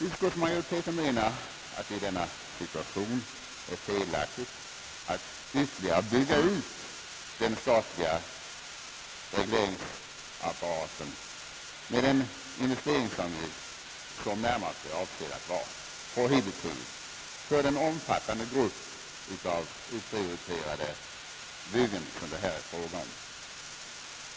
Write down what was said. Utskottsmajoriteten menar att det i denna situation är felaktigt att ytterligare bygga ut den statliga regleringsapparaten med en investeringsavgift, som närmast är avsedd att vara prohibitiv för den omfattande grupp av oprioriterade byggen, som det här är fråga om.